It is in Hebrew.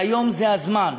שהיום זה הזמן